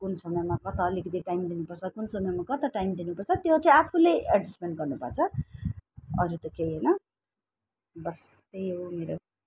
कुन समयमा कता अलिकति टाइम दिनुपर्छ कुन समयमा कता टाइम दिनुपर्छ त्यो चाहिँ आफूले एडजस्टमेन्ट गर्नुपर्छ अरू त केही होइन बस त्यही हो मेरो